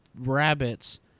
rabbits